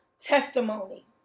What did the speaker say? testimony